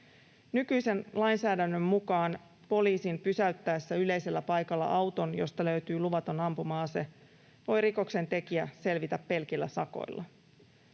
Nykyisen lainsäädännön mukaan poliisin pysäyttäessä yleisellä paikalla auton, josta löytyy luvaton ampuma-ase, voi rikoksentekijä selvitä pelkillä sakoilla.